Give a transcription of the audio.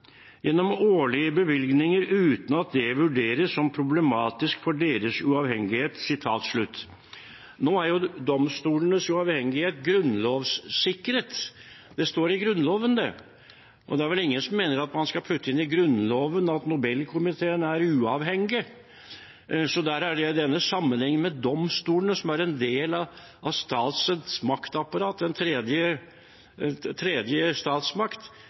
gjennom årlige bevilgninger, uten at det vurderes som problematisk for deres uavhengighet.» Domstolenes uavhengighet er grunnlovssikret. Det står i Grunnloven. Det er vel ingen som mener at man skal putte inn i Grunnloven at Nobelkomiteen er uavhengig, så at domstolene, som er en del av statens maktapparat, den tredje statsmakt, sammenlignes med Nobelkomiteen, synes jeg er